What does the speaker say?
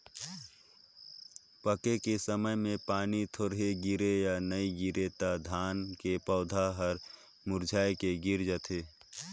पाके के समय मे पानी थोरहे गिरही य नइ गिरही त धान के पउधा हर मुरझाए के गिर जाथे